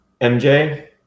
MJ